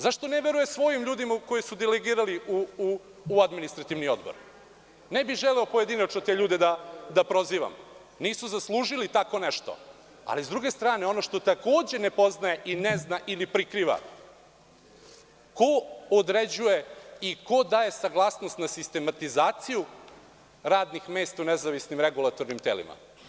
Zašto ne veruje svojim ljudima koji su delegirali u Administrativni odbor Ne bih želeo pojedinačno te ljude da prozivam, nisu zaslužili tako nešto, ali sa druge strane ono što takođe ne poznaje, ne zna ili prikriva – ko određuje i ko daje saglasnost na sistematizaciju radnih mesta u nezavisnim regulatornim telima?